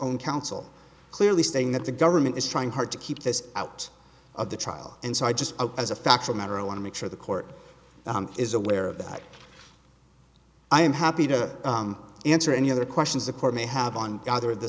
own counsel clearly saying that the government is trying hard to keep this out of the trial and so i just as a factual matter i want to make sure the court is aware of that i am happy to answer any other questions the court may have on the other the